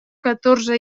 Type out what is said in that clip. catorze